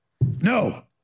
No